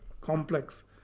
complex